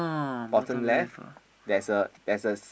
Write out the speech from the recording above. bottom left there's a there's a